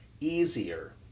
easier